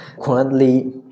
currently